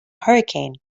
hurricane